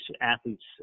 athletes